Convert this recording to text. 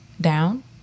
down